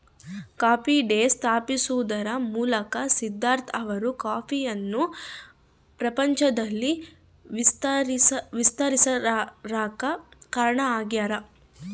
coffee Day ಸ್ಥಾಪಿಸುವದರ ಮೂಲಕ ಸಿದ್ದಾರ್ಥ ಅವರು ಕಾಫಿಯನ್ನು ಪ್ರಪಂಚದಲ್ಲಿ ವಿಸ್ತರಿಸಾಕ ಕಾರಣ ಆಗ್ಯಾರ